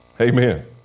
Amen